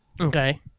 Okay